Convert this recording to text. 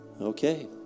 okay